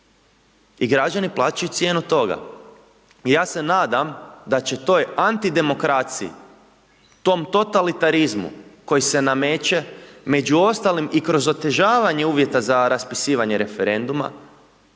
i građani plaćaju cijenu toga. I ja se nadam da će toj antidemokraciji, tom totalitarizmu koji se nameće među ostalim i kroz otežavanje uvjeta za raspisivanje referenduma,